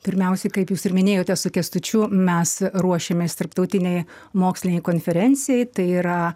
pirmiausiai kaip jūs ir minėjote su kęstučiu mes ruošiamės tarptautinei mokslinei konferencijai tai yra